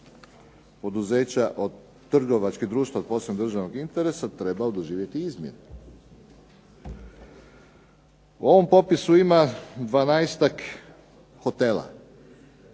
ovaj popis trgovačkih društava od posebnog državnog interesa trebao doživjeti izmjene. U ovom popisu ima 12-ak hotela.